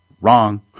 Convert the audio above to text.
Wrong